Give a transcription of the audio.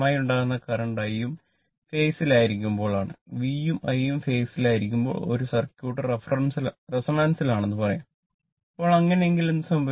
ഇപ്പോൾ അങ്ങനെയെങ്കിൽ എന്ത് സംഭവിക്കും